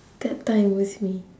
that time with me